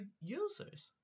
users